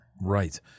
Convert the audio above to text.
Right